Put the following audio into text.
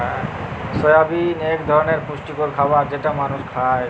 সয়াবিল এক ধরলের পুষ্টিকর খাবার যেটা মালুস খায়